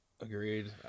Agreed